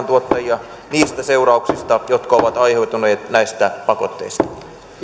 tuottajia niistä seurauksista jotka ovat aiheutuneet näistä pakotteista